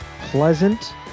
pleasant